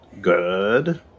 good